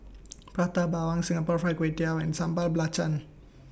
Prata Bawang Singapore Fried Kway Tiao and Sambal Belacan